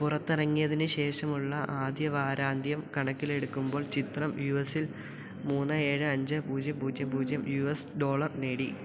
പുറത്തിറങ്ങിയതിനുശേഷമുള്ള ആദ്യവാരാന്ത്യം കണക്കിലെടുക്കുമ്പോൾ ചിത്രം യു എസിൽ മൂന്ന് ഏഴ് അഞ്ച് പൂജ്യം പൂജ്യം പൂജ്യം യു എസ് ഡോളർ നേടി